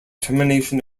termination